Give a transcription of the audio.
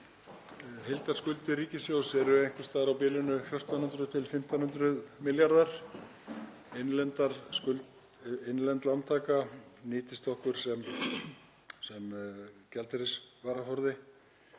Heildarskuldir ríkissjóðs eru einhvers staðar á bilinu 1.400–1.500 milljarðar. Innlend lántaka nýtist okkur sem gjaldeyrisvaraforði